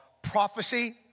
Prophecy